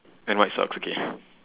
and white socks okay